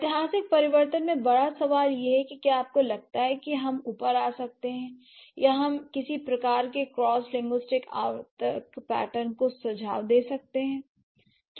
ऐतिहासिक परिवर्तन में बड़ा सवाल यह है कि क्या आपको लगता है कि हम ऊपर आ सकते हैं या हम किसी प्रकार के क्रॉस लिंग्विस्टिक आवर्तक पैटर्न का सुझाव दे सकते हैं